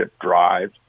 drive